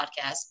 podcast